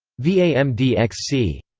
v. a. m. d. xc.